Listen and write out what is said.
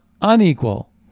unequal